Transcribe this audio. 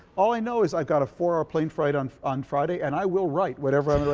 all i know is i've got a four hour plane flight on on friday and i will write whatever